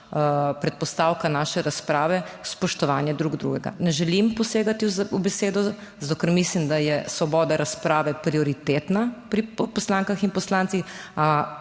predpostavka naše razprave spoštovanje drug drugega. Ne želim posegati v besedo, zato ker mislim, da je svoboda razprave prioritetna pri poslankah in poslancih,